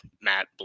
matt